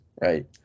right